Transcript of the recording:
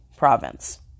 province